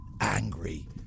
angry